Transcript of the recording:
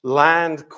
land